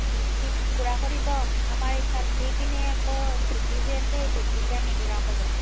মিক্সিত গুৰা কৰিব আমাৰ এইফা এইপিনে আকৌ ঢেঁকী যে আছে সেই ঢেঁকীতেই আমি গুৰা কৰোঁ